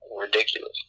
ridiculous